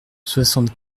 soixante